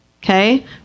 Okay